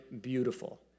beautiful